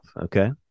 Okay